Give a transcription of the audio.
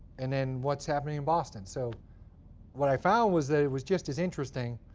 and then what's happening in boston? so what i found was that it was just as interesting,